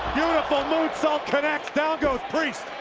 beautiful moonsault connects. down goes priest.